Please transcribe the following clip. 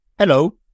Hello